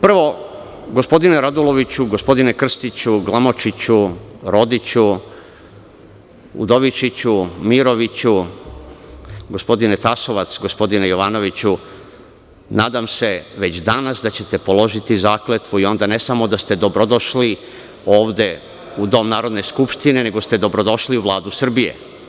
Prvo, gospodine Raduloviću, gospodine Krstiću, Glamočiću, Rodiću, Udovičiću, Miroviću, gospodine Tasovac, gospodine Jovanoviću, nadam se već danas da ćete položiti zakletvu i onda ne samo da ste dobrodošli ovde u Dom Narodne skupštine, nego ste dobrodošli u Vladu Srbije.